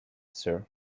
sir